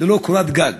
ללא קורת גג.